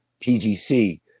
pgc